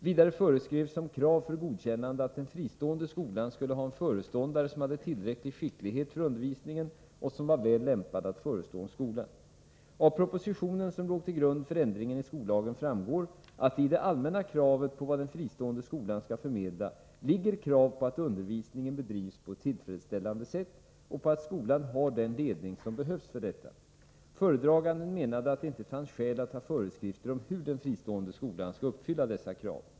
Vidare föreskrevs som krav för godkännande att den fristående skolan skulle ha en föreståndare som hade tillräcklig skicklighet för undervisningen och som var väl lämpad att förestå en skola. Av propositionen som låg till grund för ändringen i skollagen framgår att det i det allmänna kravet på vad den fristående skolan skall förmedla ligger krav på att undervisningen bedrivs på ett tillfredsställande sätt och på att skolan har den ledning som behövs för detta. Föredraganden menade att det inte fanns skäl att ha föreskrifter om hur den fristående skolan skall uppfylla dessa krav.